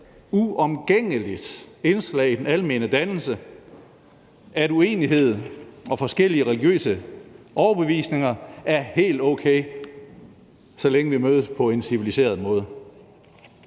uomgængeligt indslag i den almene dannelse, at uenighed og forskellige religiøse overbevisninger er helt okay, så længe vi mødes på en civiliseret måde.